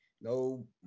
no